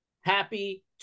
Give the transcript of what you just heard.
Happy